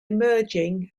emerging